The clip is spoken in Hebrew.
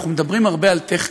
ואנחנו מדברים על טכני,